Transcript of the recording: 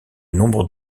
nombre